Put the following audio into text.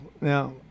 Now